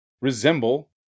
resemble